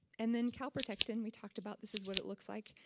and then calprotectin, we talked about this is what it looks like.